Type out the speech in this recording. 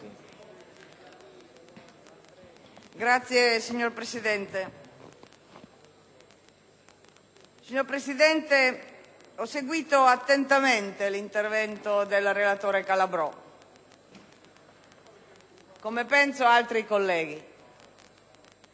finestra") *(PD)*. Signor Presidente, ho seguito attentamente l'intervento del relatore Calabrò, come penso altri colleghi,